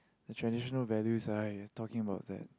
traditional value right talking about that